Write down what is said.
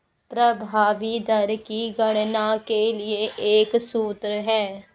प्रभावी दर की गणना के लिए एक सूत्र है